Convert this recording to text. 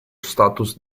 status